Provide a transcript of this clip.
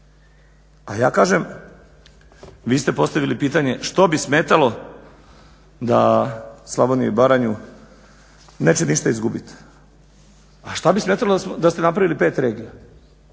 A ja kažem, vi ste postavili pitanje što bi smetalo da Slavonija i Baranja neće ništa izgubiti. A što bi smetalo da ste napravili pet regija?